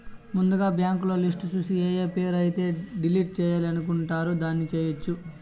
ముందుగా బ్యాంకులో లిస్టు చూసి ఏఏ పేరు అయితే డిలీట్ చేయాలి అనుకుంటారు దాన్ని చేయొచ్చు